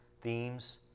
themes